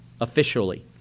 officially